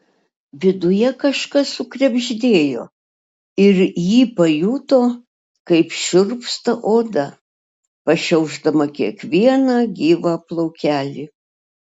viduje kažkas sukrebždėjo ir ji pajuto kaip šiurpsta oda pašiaušdama kiekvieną gyvą plaukelį